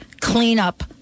cleanup